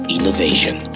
Innovation